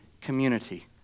community